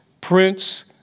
Prince